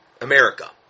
America